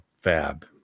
fab